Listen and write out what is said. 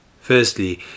Firstly